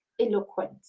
eloquent